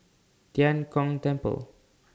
Tian Kong Temple